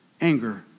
anger